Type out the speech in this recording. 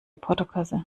portokasse